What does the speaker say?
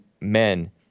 men